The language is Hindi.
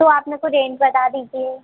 तो आप मेरे को रेंज बता दीजिए